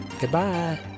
goodbye